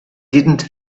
didn’t